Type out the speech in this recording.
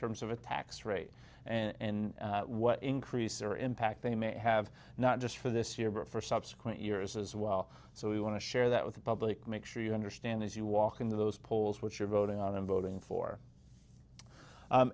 terms of a tax rate and what increase or impact they may have not just for this year but for subsequent years as well so we want to share that with the public make sure you understand as you walk into those polls which are voting on them voting for